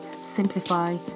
simplify